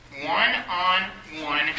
one-on-one